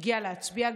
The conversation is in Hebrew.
שהיא הגיעה להצביע.